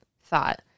thought